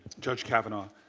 judge kavanaugh,